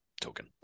token